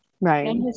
Right